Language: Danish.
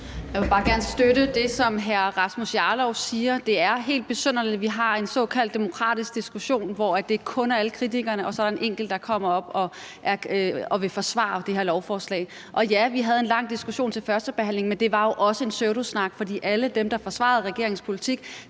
Jeg vil bare gerne støtte det, som hr. Rasmus Jarlov siger. Det er helt besynderligt, at vi har en såkaldt demokratisk diskussion, hvor det kun er alle kritikerne, der taler, og der så er en enkelt, der kommer op og forsvarer det her lovforslag. Og ja, vi havde en lang diskussion ved førstebehandlingen, men det var jo også en pseudosnak, for alle dem, der forsvarede regeringens politik,